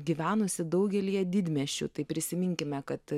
gyvenusi daugelyje didmiesčių tai prisiminkime kad